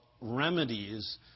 remedies